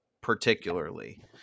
particularly